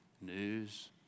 news